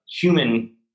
human